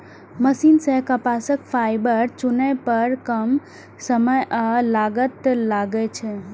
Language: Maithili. मशीन सं कपास फाइबर चुनै पर कम समय आ लागत लागै छै